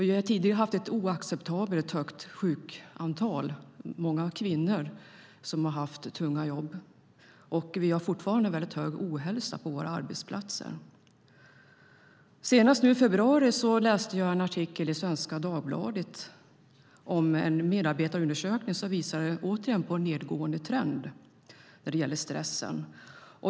Vi har tidigare haft oacceptabelt höga sjuktal, och många kvinnor har haft tunga jobb. Vi har fortfarande en mycket hög ohälsa på våra arbetsplatser. Senast nu i februari läste jag en artikel i Svenska Dagbladet om en medarbetarundersökning som visade en nedåtgående trend när det gäller stressen.